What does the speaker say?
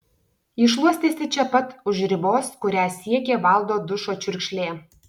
ji šluostėsi čia pat už ribos kurią siekė valdo dušo čiurkšlė